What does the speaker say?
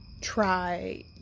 try